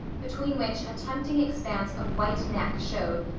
between which a tempting expanse of white neck showed,